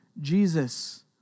Jesus